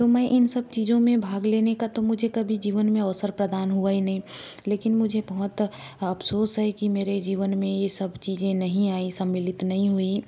तो मैं इन सब चीज़ों में भाग लेने का तो मुझे कभी जीवन में अवसर प्रदान हुआ ही नहीं लेकिन मुझे बहुत अफ़सोस है कि मेरे जीवन में ये सब चीज़ें नहीं आई सम्मिलित नहीं हुईं